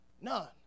None